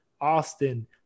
austin